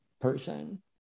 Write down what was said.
person